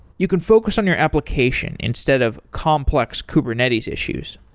you can focus on your application instead of complex kubernetes issues.